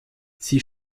sie